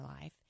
life